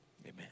Amen